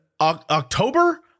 October